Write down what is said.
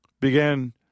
Began